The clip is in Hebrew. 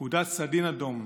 פקודת "סדין אדום"